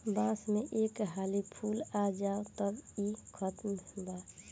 बांस में एक हाली फूल आ जाओ तब इ खतम बा